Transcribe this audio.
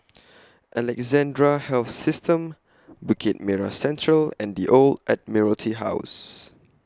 Alexandra Health System Bukit Merah Central and The Old Admiralty House